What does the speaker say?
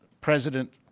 president